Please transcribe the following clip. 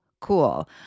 cool